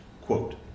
Quote